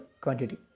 quantity